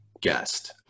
guest